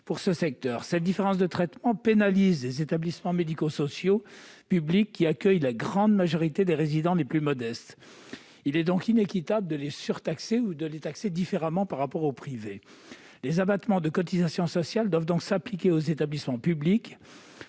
du secteur public. Cette différence de traitement pénalise les établissements médico-sociaux publics, qui accueillent la grande majorité des résidents les plus modestes. Il est inéquitable de les surtaxer ou de les taxer différemment par rapport au secteur privé. Les abattements de cotisations sociales doivent donc s'appliquer aux établissements publics.